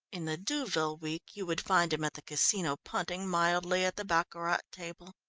in the deauville week you would find him at the casino punting mildly at the baccarat table.